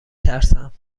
ترسم